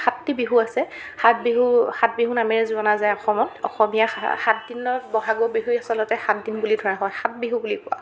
সাতটি বিহু আছে সাত বিহু সাত বিহু নামেৰে জনা যায় অসমত অসমীয়া সা সাত দিনত বহাগৰ বিহুয়ে আচলতে সাতদিন বুলি ধৰা হয় সাতবিহু বুলি কোৱা হয়